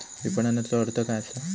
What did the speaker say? विपणनचो अर्थ काय असा?